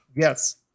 yes